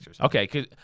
Okay